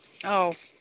ꯑꯧ